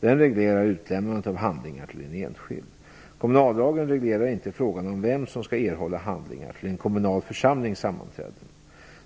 Den reglerar utlämnandet av handlingar till en enskild. Kommunallagen reglerar inte frågan om vem som skall erhålla handlingar till en kommunal församlings sammanträden.